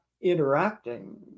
interacting